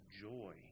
joy